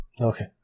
Okay